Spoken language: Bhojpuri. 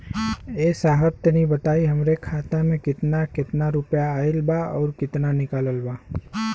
ए साहब तनि बताई हमरे खाता मे कितना केतना रुपया आईल बा अउर कितना निकलल बा?